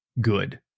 good